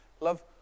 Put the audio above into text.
love